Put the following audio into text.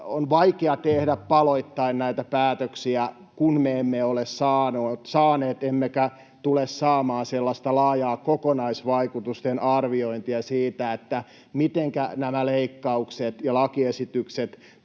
on vaikea tehdä paloittain näitä päätöksiä, kun me emme ole saaneet emmekä tule saamaan sellaista laajaa kokonaisvaikutusten arviointia siitä, mitenkä nämä leikkaukset ja lakiesitykset